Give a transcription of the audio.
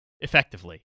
effectively